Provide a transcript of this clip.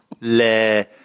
le